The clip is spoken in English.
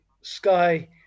Sky